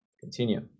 Continue